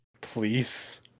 Please